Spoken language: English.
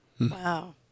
Wow